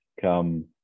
come